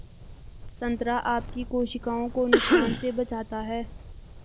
संतरा आपकी कोशिकाओं को नुकसान से बचाता है